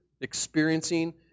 experiencing